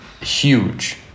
huge